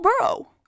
burrow